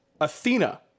Athena